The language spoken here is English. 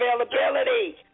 availability